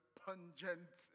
pungent